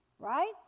Right